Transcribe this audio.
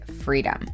freedom